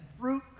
fruit